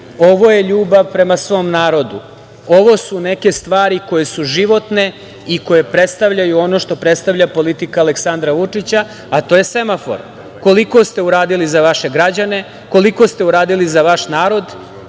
Ovo je ljubav prema svom narodu. Ovo su neke stvari koje su životne i koje predstavljaju ono što predstavlja politika Aleksandra Vučića, a to je semafor – koliko ste uradili za vaše građane, koliko ste uradili za vaš narod,